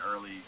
early